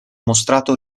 mostrato